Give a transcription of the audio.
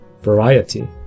variety